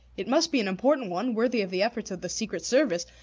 it must be an important one, worthy of the efforts of the secret service,